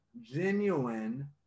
genuine